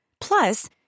Plus